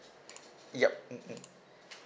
yup mm mm